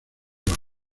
los